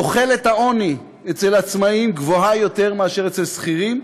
תוחלת העוני אצל עצמאים גבוהה יותר מאשר אצל שכירים,